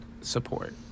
support